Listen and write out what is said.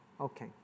Okay